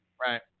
Right